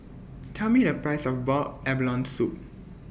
Tell Me The Price of boiled abalone Soup